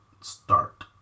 start